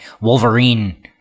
Wolverine